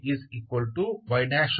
इसके अलावा ya y